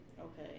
Okay